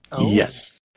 Yes